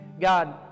God